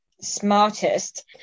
smartest